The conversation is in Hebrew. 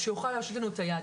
שיוכל לתת לנו יד.